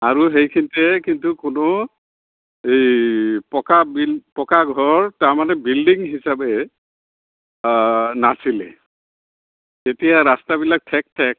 আৰু সেইখিনিতে কিন্তু কোনো এই পকা বিল পকা ঘৰ তাৰমানে বিল্ডিং হিচাপে নাছিলে তেতিয়া ৰাস্তাবিলাক ঠেক ঠেক